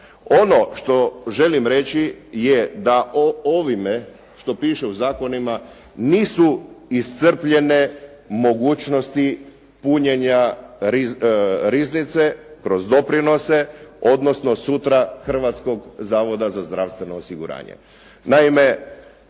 Ono što želim reći je da ovime što piše u zakonima nisu iscrpljene mogućnosti punjenja riznice kroz doprinose odnosno sutra Hrvatskog zavoda za zdravstveno osiguranje.